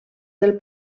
del